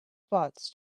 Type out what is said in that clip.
bots